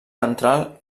ventral